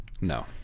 No